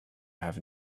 have